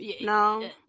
no